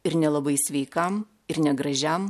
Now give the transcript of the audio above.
ir nelabai sveikam ir negražiam